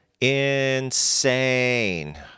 insane